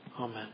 Amen